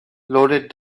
loaded